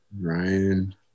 Ryan